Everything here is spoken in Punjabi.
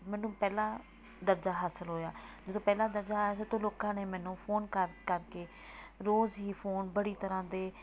ਮੈਨੂੰ ਪਹਿਲਾ ਦਰਜਾ ਹਾਸਲ ਹੋਇਆ ਜਦੋਂ ਪਹਿਲਾ ਦਰਜਾ ਆਇਆ ਸੀ ਤਾਂ ਲੋਕਾਂ ਨੇ ਮੈਨੂੰ ਫੋਨ ਕਰ ਕਰ ਕੇ ਰੋਜ਼ ਹੀ ਫੋਨ ਬੜੀ ਤਰ੍ਹਾਂ ਦੇ